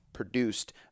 produced